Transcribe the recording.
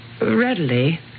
readily